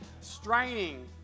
straining